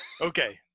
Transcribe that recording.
Okay